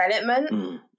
development